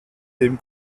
dem